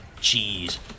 cheese